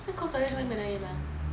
在 cold storage 外面而已吗